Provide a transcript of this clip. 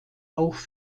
auch